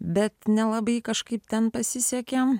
bet nelabai kažkaip ten pasisekė